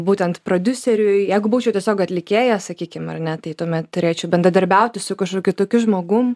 būtent prodiuseriui jeigu būčiau tiesiog atlikėjas sakykim ar ne tai tuomet turėčiau bendradarbiauti su kažkokiu tokiu žmogum